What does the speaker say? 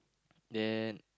then